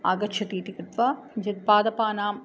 आगच्छन्ति इति कृत्वा यद् पादपानाम्